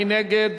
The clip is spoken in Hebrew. מי נגד?